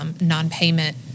non-payment